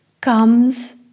comes